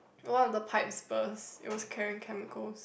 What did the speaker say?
one of the pipes burst it was carrying chemicals